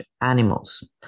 animals